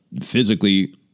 physically